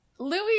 Louis